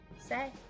say